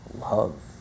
Love